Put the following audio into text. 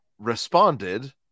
responded